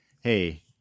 hey